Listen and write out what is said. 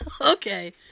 Okay